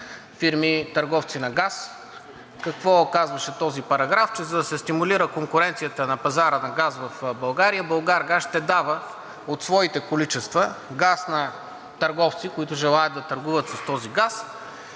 търговци на газ.